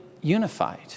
unified